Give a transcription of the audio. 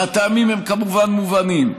והטעמים הם כמובן מובנים,